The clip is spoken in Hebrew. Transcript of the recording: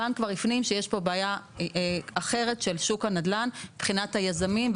הבנק כבר הפנים שיש פה בעיה אחרת של שוק הנדל"ן מבחינת היזמים,